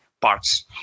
parts